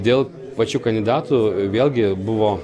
dėl pačių kandidatų vėlgi buvo